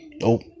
Nope